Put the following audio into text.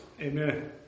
Amen